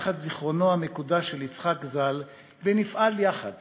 תחת זיכרונו המקודש של יצחק ז"ל ונפעל יחד